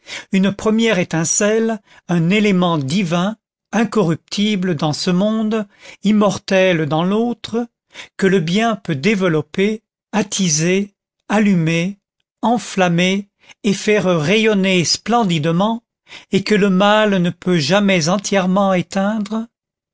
une première étincelle un élément divin incorruptible dans ce monde immortel dans l'autre que le bien peut développer attiser allumer enflammer et faire rayonner splendidement et que le mal ne peut jamais entièrement éteindre